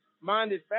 minded